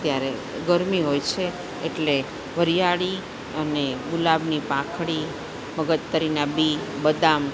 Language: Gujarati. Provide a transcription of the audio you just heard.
ત્યારે ગરમી હોય છે એટલે વરિયાળી અને ગુલાબની પાંખળી મગજતરીના બી બદામ